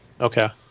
Okay